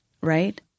Right